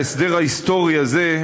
ההסדר ההיסטורי הזה,